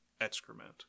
excrement